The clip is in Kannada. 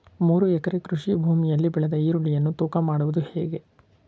ಮೂರು ಎಕರೆ ಕೃಷಿ ಭೂಮಿಯಲ್ಲಿ ಬೆಳೆದ ಈರುಳ್ಳಿಯನ್ನು ತೂಕ ಮಾಡುವುದು ಹೇಗೆ?